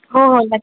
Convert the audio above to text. हो हो बरं